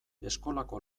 eskolako